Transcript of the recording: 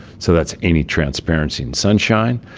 so that's any transparency and sunshine.